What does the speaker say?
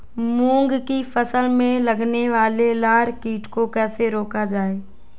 मूंग की फसल में लगने वाले लार कीट को कैसे रोका जाए?